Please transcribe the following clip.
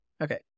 Okay